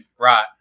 Right